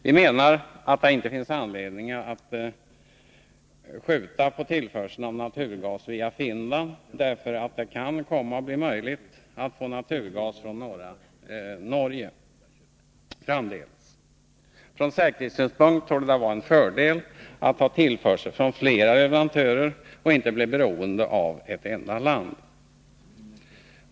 Vi menar att det inte finns anledning att skjuta upp ett beslut om tillförsel av naturgas via Finland, därför att det kan komma att bli möjligt att få naturgas från norra Norge framdeles. Från säkerhetssynpunkt torde det vara en fördel att ha tillförsel från flera leverantörer och inte bli beroende av ett enda land.